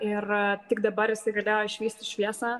ir tik dabar jisai galėjo išvysti šviesą